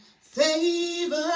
favor